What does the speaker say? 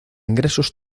ingresos